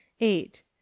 Eight